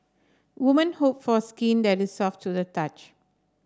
woman hope for skin that is soft to the touch